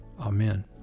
Amen